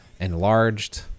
enlarged